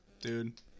Dude